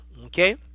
okay